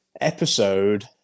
episode